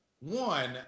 One